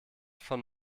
von